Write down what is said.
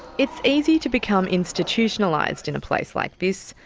it's easy to become institutionalised in a place like this.